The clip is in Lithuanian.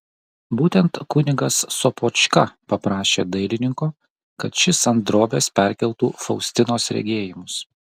būtent kunigas sopočka paprašė dailininko kad šis ant drobės perkeltų faustinos regėjimus